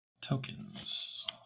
Tokens